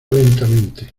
lentamente